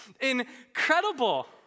incredible